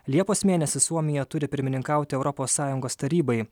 liepos mėnesį suomija turi pirmininkauti europos sąjungos tarybai